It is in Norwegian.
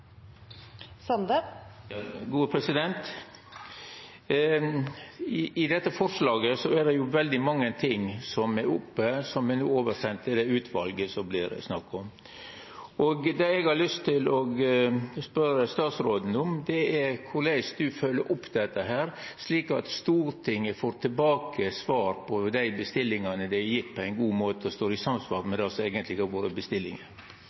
I dette forslaget er det veldig mange ting som vert tekne opp, som vert sende over til det utvalet som det vert snakka om. Det eg har lyst til å spørja statsråden om, er korleis ho følgjer opp dette, slik at Stortinget får svar på dei bestillingane ein har gjeve, på ein god måte, og at det står i samsvar med det som eigentleg var bestillinga. Nå har